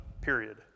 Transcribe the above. period